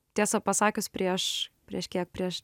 tiesą pasakius prieš prieš kiek prieš